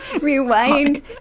Rewind